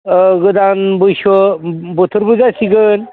औ गोदान बैसो बोथोरबो जासिगोन